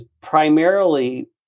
primarily